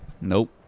Nope